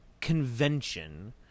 convention